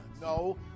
No